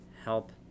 help